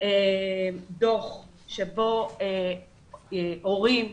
דוח שבו הורים,